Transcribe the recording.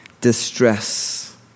distress